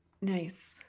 Nice